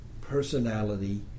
personality